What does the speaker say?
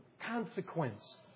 Consequence